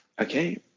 Okay